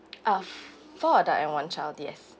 uh four adults and one child yes